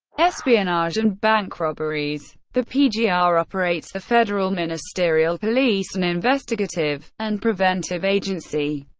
espionage, and bank robberies. the pgr operates the federal ministerial police an investigative and preventive agency.